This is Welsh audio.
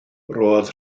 roedd